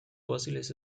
fósiles